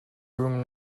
room